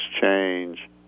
change